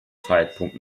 zeitpunkt